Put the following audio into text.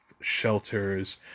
shelters